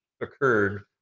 occurred